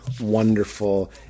wonderful